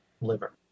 liver